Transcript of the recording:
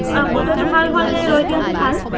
অঁ বতৰটো ভাল হোৱালে ৰৈ দিয়াটো ভাল